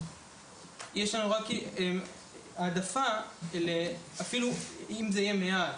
רק יש לנו העדפה - אפילו אם זה יהיה מעט,